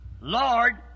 Lord